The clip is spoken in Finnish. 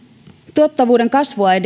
tuottavuuden kasvun